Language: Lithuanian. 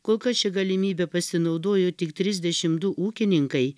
kol kas šia galimybe pasinaudojo tik trisdešim du ūkininkai